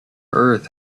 earth